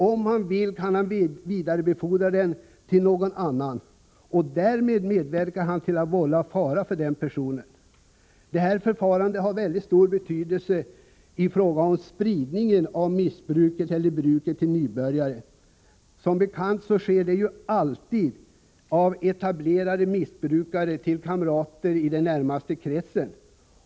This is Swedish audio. Om han vill kan han vidarebefordra den till någon annan och därmed medverka till att vålla fara för den personen. Detta förfarande har särskilt stor betydelse i fråga om spridningen av missbruket till nybörjare. Som bekant sker spridningen ju alltid av etablerade missbrukare till kamrater i den närmaste kretsen.